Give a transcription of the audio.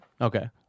Okay